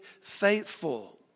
faithful